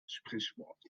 sprichwort